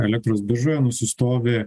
elektros biržoje nusistovi